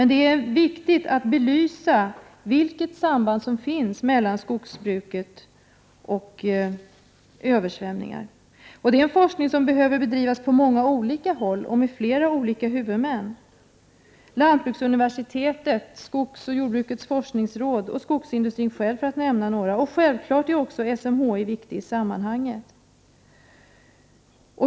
Det är viktigt att sambandet mellan skogsbruk och översvämningar belyses. Det är en forskning som behöver bedrivas på många olika håll och med många olika huvudmän — statens lantbruksuniversitet, skogsoch jordbrukets forskningsråd och skogsindustrin själv, för att nämna några. Självfallet är också SMHI viktigt i sammanhanget.